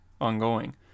ongoing